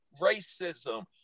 racism